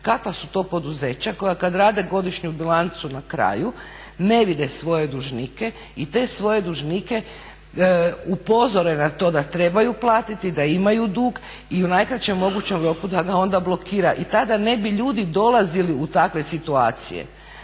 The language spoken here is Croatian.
Kakva su to poduzeća koja kada rade godišnju bilancu ne vide svoje dužnike i te svoje dužnike upozore na to da trebaju platiti, da imaju dug i u najkraćem mogućem roku da ga onda blokira. I tada ne bi ljudi dolazili u takve situacije.